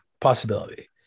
possibility